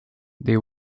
they